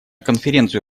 конференцию